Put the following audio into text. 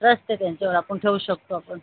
trust आहे त्यांच्यावर आपण ठेवू शकतो आपण